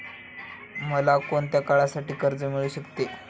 मला कोणत्या काळासाठी कर्ज मिळू शकते?